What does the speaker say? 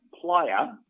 player